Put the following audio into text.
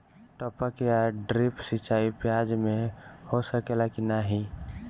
टपक या ड्रिप सिंचाई प्याज में हो सकेला की नाही?